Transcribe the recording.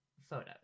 photos